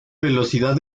velocidad